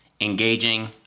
engaging